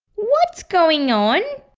what's going on?